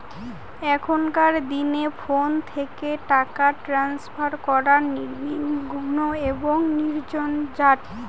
এখনকার দিনে ফোন থেকে টাকা ট্রান্সফার করা নির্বিঘ্ন এবং নির্ঝঞ্ঝাট